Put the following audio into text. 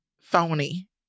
phony